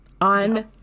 on